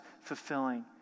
fulfilling